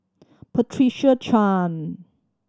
Patricia Chan